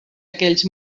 aquells